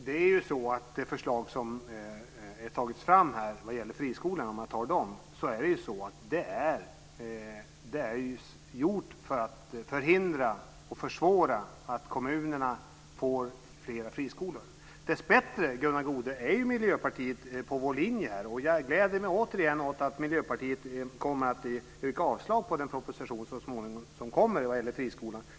Herr talman! De förslag som har tagits fram för friskolan är gjorda för att förhindra att kommunerna får fler friskolor och för att försvåra för dem. Dessbättre är ju Miljöpartiet på vår linje här. Jag gläder mig återigen åt att Miljöpartiet kommer att yrka avslag på den proposition om friskolan som så småningom kommer.